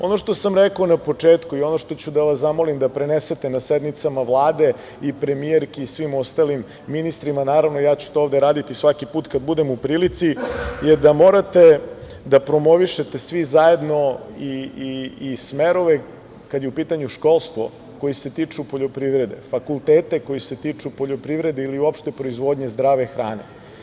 Ono što sam rekao na početku i ono što ću da vas zamolim da prenesete na sednicama Vlade i premijerki i svim ostalim ministrima, naravno, ja ću to ovde raditi svaki put kada budem u prilici, je da morate da promovišete svi zajedno i smerove kada je u pitanju školstvo koji se tiču poljoprivrede, fakultete koji se tiču poljoprivrede ili uopšte proizvodnje zdrave hrane.